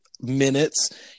minutes